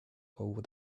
over